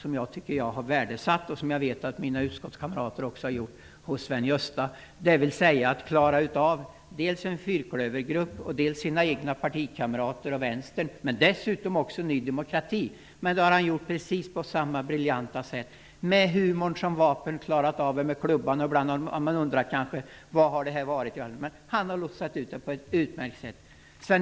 Det har jag värdesatt, och det vet jag att mina utskottskamrater också har gjort. Han har klarat av dels en fyrklövergrupp, dels sina egna partikamrater och Vänstern men dessutom också Ny demokrati. Det har han gjort på samma briljanta sätt, med humorn som vapen. Han har lotsat oss fram på ett utmärkt sätt.